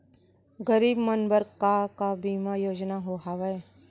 गरीब मन बर का का बीमा योजना हावे?